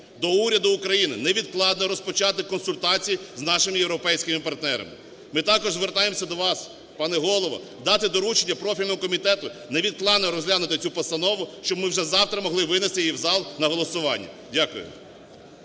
до уряду України невідкладно розпочати консультації з нашими європейськими партнерами. Ми також звертаємося до вас, пане Голово, дати доручення профільному комітету невідкладно розглянути цю постанову, щоб ми вже завтра могли винести її в зал на голосування. Дякую.